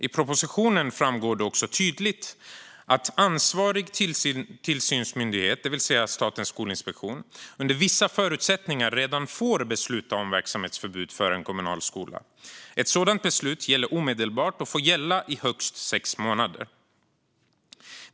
I propositionen framgår det också tydligt att ansvarig tillsynsmyndighet, det vill säga Statens skolinspektion, under vissa förutsättningar redan får besluta om verksamhetsförbud för en kommunal skola. Ett sådant beslut gäller omedelbart och får gälla i högst sex månader.